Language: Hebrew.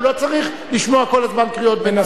הוא לא צריך לשמוע כל הזמן קריאות ביניים.